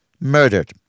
murdered